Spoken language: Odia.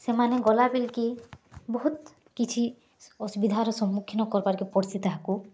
ସେମାନେ ଗଲା ବିଲ୍କି ବହୁତ କିଛି ଅସୁବିଧାର ସମ୍ମୁଖୀନ କର୍ବାର୍ କେ ପଡ଼୍ସି ତାହାକୁ